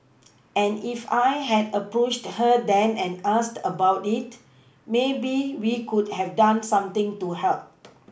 and if I had approached her then and asked about it maybe we could have done something to help